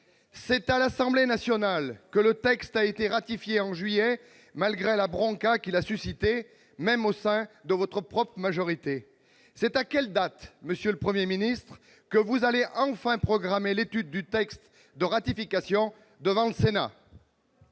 CETA l'Assemblée nationale que le texte a été ratifié en juillet, malgré la bronca qu'il a suscitée, y compris au sein de votre propre majorité. CETA quelle date, monsieur le Premier ministre, que vous allez enfin programmer l'étude du texte de ratification devant le Sénat ?